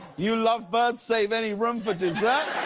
you love birds save any room for dessert?